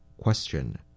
Question